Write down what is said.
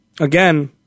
again